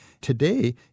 today